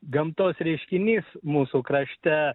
gamtos reiškinys mūsų krašte